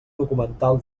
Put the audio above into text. documental